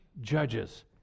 judges